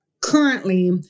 currently